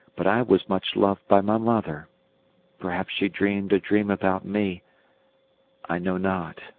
but i was much loved by my mother perhaps she dreamed a dream about me i know not,